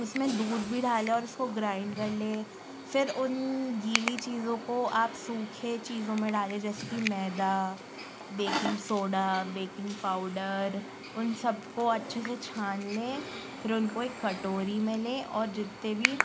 उस में दूध भी डालें और उसको ग्राइंड कर लें फिर उन गीली चीज़ों को आप सुखे चीज़ों में डालें जैसे कि maida baking soda baking powder उन सब को अच्छे से छान लें फिर उनको एक कटोरी में लें और जितने भी